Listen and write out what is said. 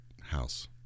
House